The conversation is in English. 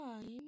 time